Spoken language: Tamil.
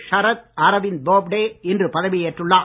ஷரத் அரவிந்த் போப்டே இன்று பதவியேற்றுள்ளார்